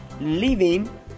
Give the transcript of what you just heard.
living